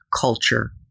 culture